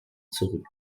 zurück